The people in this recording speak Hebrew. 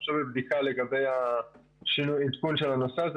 אנחנו עכשיו בבדיקה לגבי העדכון של הנושא הזה,